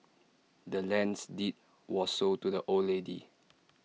the land's deed was sold to the old lady